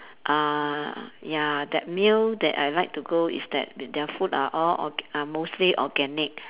uh ya that meal that I like to go is that their food are all orga~ are mostly organic